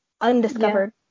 undiscovered